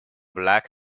black